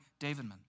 Davidman